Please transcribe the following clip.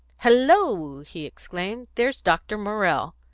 hello! he exclaimed. there's dr. morrell.